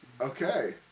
Okay